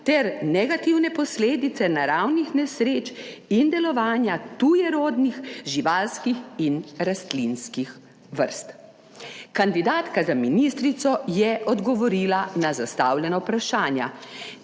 ter negativne posledice naravnih nesreč in delovanja tujerodnih živalskih in rastlinskih vrst. Kandidatka za ministrico je odgovorila na zastavljena vprašanja